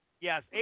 Yes